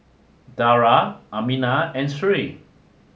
Dara Aminah and Sri